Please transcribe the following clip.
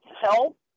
help